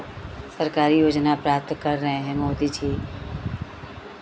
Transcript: सरकारी योजना प्राप्त कर रहे हैं मोदी जी